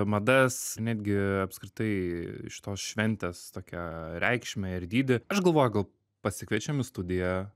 madas netgi apskritai šitos šventės tokią reikšmę ir dydį aš galvoju gal pasikviečiam į studiją